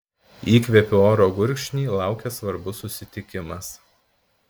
įkvėpiu oro gurkšnį laukia svarbus susitikimas